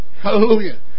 Hallelujah